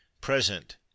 present